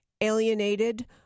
alienated